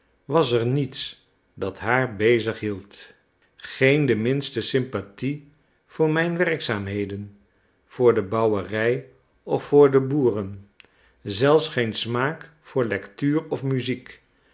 was er niets dat haar bezig hield geen de minste sympathie voor mijn werkzaamheden voor de bouwerij of voor de boeren zelfs geen smaak voor lectuur of muziek